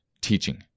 teaching